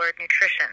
nutrition